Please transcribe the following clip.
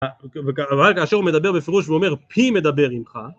אבל כאשר הוא מדבר בפירוש ואומר ״פי מדבר עמך״